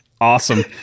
Awesome